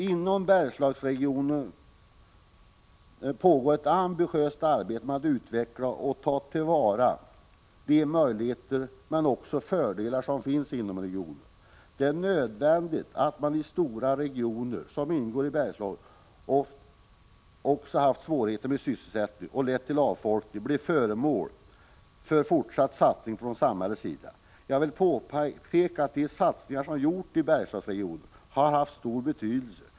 Inom Bergslagsdelegationen pågår ett ambitiöst arbete med att utveckla och att ta till vara de möjligheter och fördelar som finns inom regionen. Det är nödvändigt att man i denna stora region i Bergslagen som haft svårigheter med sysselsättningen, vilket lett till avfolkning, blir föremål för fortsatt satsning från samhällets sida. Jag vill påpeka att de satsningar som gjorts i Bergslagsregionen har haft stor betydelse.